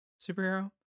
superhero